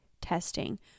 testing